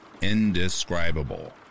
indescribable